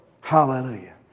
Hallelujah